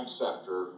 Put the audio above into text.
sector